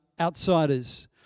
outsiders